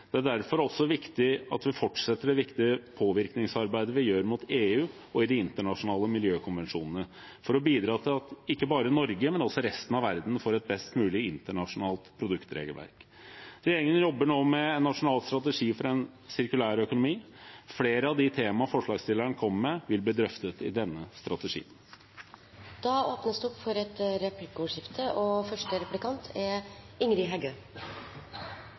Det er derfor også viktig at vi fortsetter det viktige påvirkningsarbeidet vi gjør overfor EU og i de internasjonale miljøkonvensjonene for å bidra til at ikke bare Norge, men også resten av verden får et best mulig internasjonalt produktregelverk. Regjeringen jobber nå med en nasjonal strategi for en sirkulær økonomi. Flere av de temaene forslagsstilleren kommer med, vil bli drøftet i denne strategien. Det blir replikkordskifte. Eg lytta nøye til innlegget frå statsråd Elvestuen, og